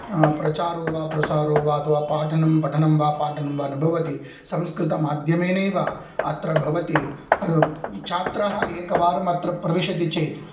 प्रचारो वा प्रसारो वा अथवा पाठनं पठनं वा पाठनं वा न भवति संस्कृतमाध्यमेनेव अत्र भवति छात्राः एकवारम् अत्र प्रविशति चेत्